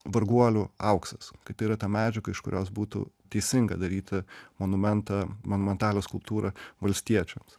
varguolių auksas kad tai yra ta medžiaga iš kurios būtų teisinga daryti monumentą monumentalią skulptūrą valstiečiams